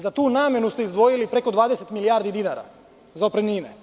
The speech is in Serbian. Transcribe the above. Za tu namenu ste izdvojili preko 20 milijardi dinara, za otpremnine.